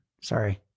Sorry